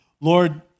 Lord